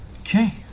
Okay